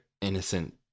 innocent